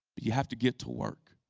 but you have to get to work.